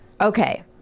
Okay